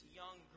young